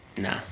Nah